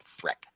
threat